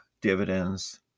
dividends